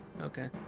Okay